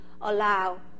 allow